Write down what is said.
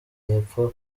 yepfo